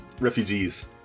refugees